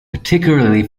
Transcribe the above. particularly